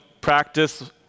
practice